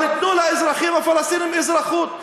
אבל תנו לאזרחים הפלסטינים אזרחות,